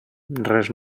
res